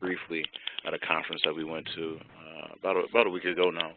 briefly at a conference that we went to about a about a week ago now.